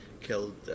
killed